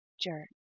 Jerk